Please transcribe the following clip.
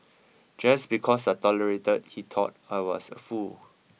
just because I tolerated he thought I was a fool